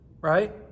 right